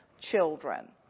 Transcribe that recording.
children